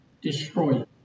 destroy